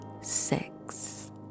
six